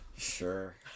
Sure